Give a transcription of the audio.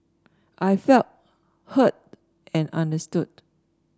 I felt heard and understood